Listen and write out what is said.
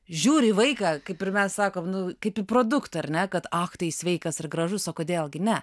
žiūri į vaiką kaip ir mes sakom nu kaip į produktą ar ne kad tai sveikas ir gražus o kodėl gi ne